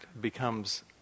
becomes